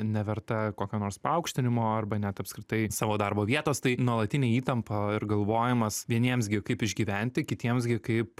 neverta kokio nors paaukštinimo arba net apskritai savo darbo vietos tai nuolatinė įtampa ir galvojimas vieniems gi kaip išgyventi kitiems gi kaip